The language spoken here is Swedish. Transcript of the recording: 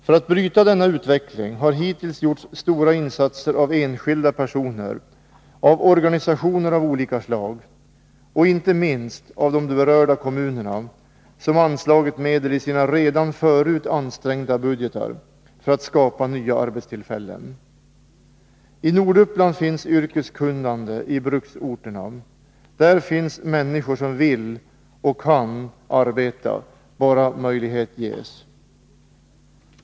För att bryta denna utveckling har hittills gjorts stora insatser av enskilda personer, av organisationer av olika slag och inte minst av de berörda kommunerna, som anslagit medel i sina redan förut ansträngda budgetar för att skapa nya arbetstillfällen. I Norduppland finns yrkeskunnande i bruksorterna. Där finns människor som vill och kan arbeta, bara möjlighet ges.